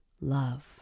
love